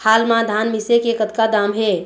हाल मा धान मिसे के कतका दाम हे?